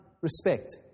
respect